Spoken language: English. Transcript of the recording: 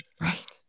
Right